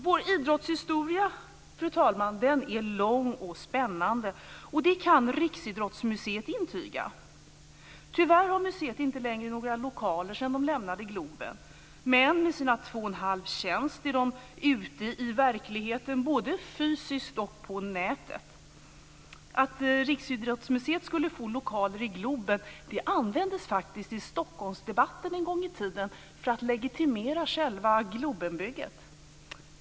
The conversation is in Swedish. Vår idrottshistoria är lång och spännande. Det kan Riksidrottsmuseet intyga. Tyvärr har museet inte längre några lokaler sedan de lämnade Globen. Men med sina två och en halv tjänster är man ute i verkligheten både fysiskt och på nätet. Att Riksidrottsmuseet skulle få lokaler i Globen användes faktiskt som argument i Stockholmsdebatten en gång i tiden för att man skulle legitimera själva Globenbygget.